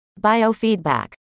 biofeedback